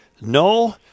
No